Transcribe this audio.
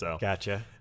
Gotcha